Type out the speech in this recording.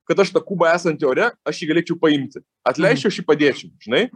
kad aš tą kubą esantį ore aš jį galėčiau paimti atleisčiau aš jį padėčiau žinai